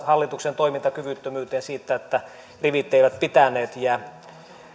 hallituksen toimintakyvyttömyyteen siinä että rivit eivät pitäneet